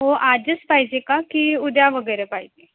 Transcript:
हो आजच पाहिजे का की उद्या वगैरे पाहिजे